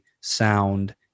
sound